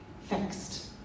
fixed